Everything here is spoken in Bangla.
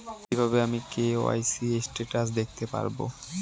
কিভাবে আমি কে.ওয়াই.সি স্টেটাস দেখতে পারবো?